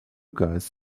guys